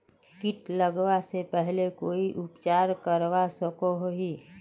किट लगवा से पहले कोई उपचार करवा सकोहो ही?